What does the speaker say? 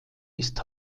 ist